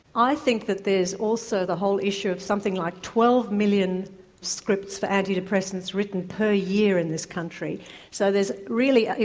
i think that there's also the whole issue of something like twelve million scripts for antidepressants written per year in this country so there's really.